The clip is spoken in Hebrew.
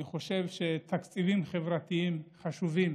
אני חושב שתקציבים חברתיים חשובים